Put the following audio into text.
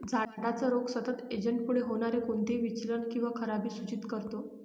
झाडाचा रोग सतत एजंटमुळे होणारे कोणतेही विचलन किंवा खराबी सूचित करतो